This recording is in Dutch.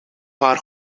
haar